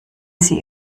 sie